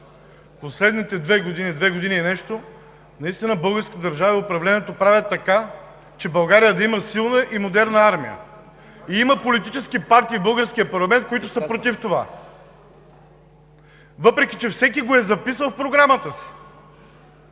В последните две години, две години и нещо наистина в българската държава управлението прави така, че България да има силна и модерна армия. Има политически партии в българския парламент, които са против това! Въпреки че всеки го е записал в програмата си!